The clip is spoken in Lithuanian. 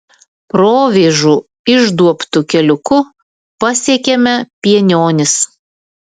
provėžų išduobtu keliuku pasiekėme pienionis